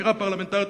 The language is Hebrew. לחקירה פרלמנטרית,